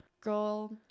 girl